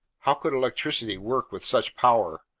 how could electricity work with such power?